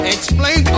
Explain